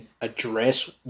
address